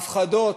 ההפחדות,